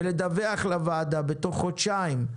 ולדווח לוועדה בתוך חודשיים.